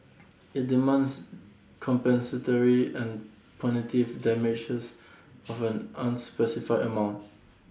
IT demands compensatory and punitive damages of an unspecified amount